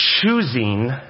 choosing